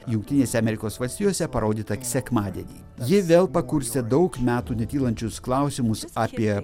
jungtinėse amerikos valstijose parodyta sekmadienį ji vėl pakurstė daug metų netylančius klausimus apie